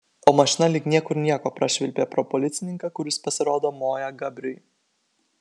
o mašina lyg niekur nieko prašvilpė pro policininką kuris pasirodo moja gabriui